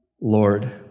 Lord